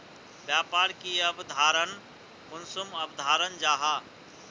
व्यापार की अवधारण कुंसम अवधारण जाहा?